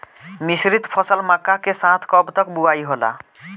मिश्रित फसल मक्का के साथ कब तक बुआई होला?